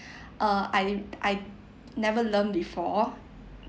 uh I I never learn before